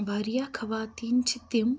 وارِیَاہ خَواتین چھِ تِم